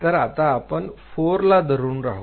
तर आता आपण 4 ला धरून राहू